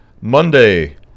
Monday